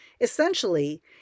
Essentially